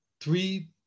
three